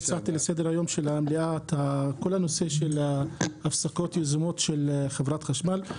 העליתי לסדר-יום במליאה את כל הנושא של הפסקות יזומות של חברת חשמל.